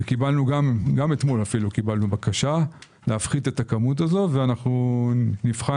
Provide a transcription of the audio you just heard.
אפילו אתמול קיבלנו בקשה להפחית את הכמות הזו ואנחנו נבחן.